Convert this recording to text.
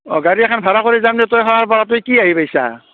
অঁ গাড়ী এখন ভাড়া কৰি যাম দে তই তই কি আহি পাইছা